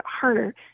harder